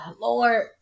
Lord